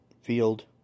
field